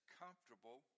comfortable